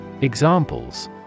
Examples